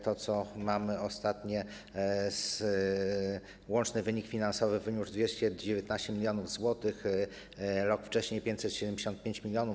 To co mamy ostatnio, łączny wynik finansowy wyniósł 219 mln zł, rok wcześniej - 575 mln.